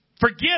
Forgive